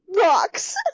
rocks